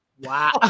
Wow